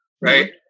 right